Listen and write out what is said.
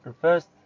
first